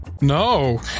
No